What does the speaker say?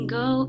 go